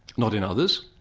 not in others.